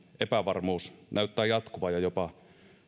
epävarmuus näyttää jatkuvan ja jopa